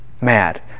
mad